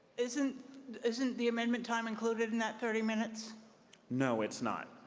isn't isn't the amendment time included in that thirty minutes no, it's not.